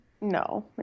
No